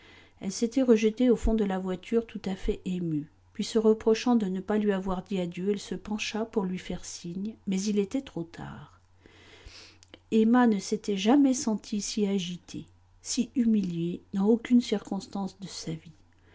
elle s'était rejetée au fond de la voiture tout à fait émue puis se reprochant de ne pas lui avoir dit adieu elle se pencha pour lui faire signe mais il était trop tard emma ne s'était jamais sentie si agitée si humiliée dans aucune circonstance de sa vie